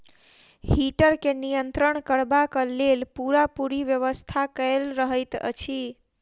heater के नियंत्रण करबाक लेल पूरापूरी व्यवस्था कयल रहैत छै